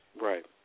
Right